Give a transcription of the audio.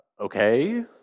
okay